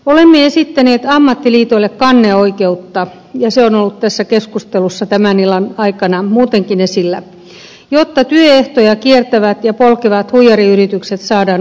olemme esittäneet ammattiliitoille kanneoikeutta ja se on ollut tässä keskustelussa tämän illan aikana muutenkin esillä jotta työehtoja kiertävät ja polkevat huijariyritykset saadaan oikeuteen